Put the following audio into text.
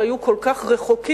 שהיו כל כך רחוקות